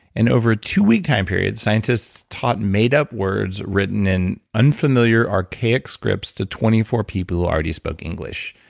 and over a two-week time period, scientists taught made-up words written in unfamiliar archaic scripts to twenty four people who already spoke english,